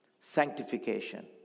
Sanctification